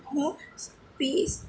હું પીશ